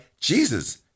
Jesus